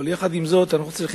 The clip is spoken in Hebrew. אבל אנחנו צריכים,